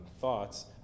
thoughts